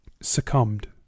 succumbed